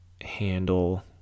handle